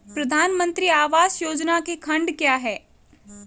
प्रधानमंत्री आवास योजना के खंड क्या हैं?